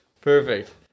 Perfect